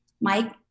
Mike